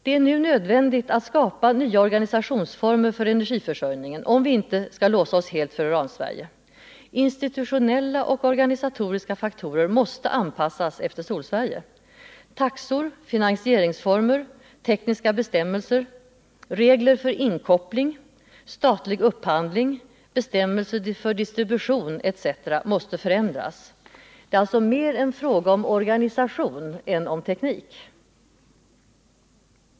Det är nu nödvändigt att skapa nya organisationsformer för energiförsörjningen, om vi inte skall låsa oss helt för Uransverige. Institutionella och organisatoriska faktorer måste anpassas efter Solsverige. Taxor, finansieringsformer, tekniska bestämmelser, regler för inkoppling, statlig upphandling, bestämmelser för distributionen etc. måste förändras. Det är alltså mer en fråga om organisation än om teknik.